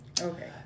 Okay